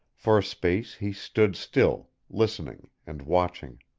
for a space he stood still, listening and watching.